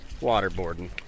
waterboarding